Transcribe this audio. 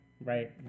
right